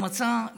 והוא מצא,